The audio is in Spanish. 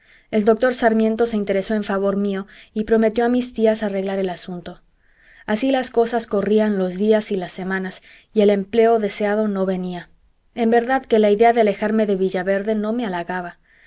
el doctor sarmiento se interesó en favor mío y prometió a mis tías arreglar el asunto así las cosas corrían los días y las semanas y el empleo deseado no venía en verdad que la idea de alejarme de villaverde no me halagaba